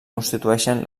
constitueixen